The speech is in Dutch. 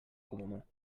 gewonnen